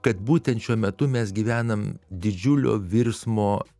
kad būtent šiuo metu mes gyvenam didžiulio virsmo